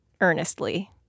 Earnestly